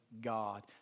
God